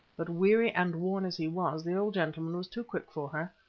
but weary and worn as he was, the old gentleman was too quick for her.